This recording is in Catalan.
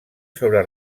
sobre